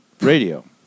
Radio